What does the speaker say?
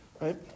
right